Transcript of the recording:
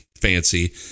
fancy